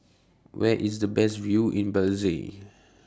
Where IS The Best View in Belize